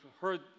heard